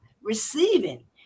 receiving